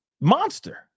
monster